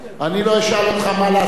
אני לא אשאל אותך מה לעשות,